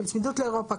של צמידות לאירופה.